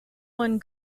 one